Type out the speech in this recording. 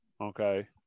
Okay